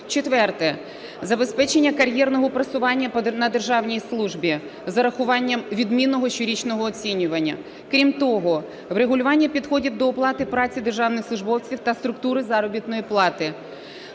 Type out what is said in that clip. Четверте. Забезпечення кар'єрного просування на державній службі з урахуванням відмінного щорічного оцінювання. Крім того, врегулювання підходів до оплати праці державних службовців та структури заробітної плати.